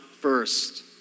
first